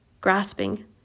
grasping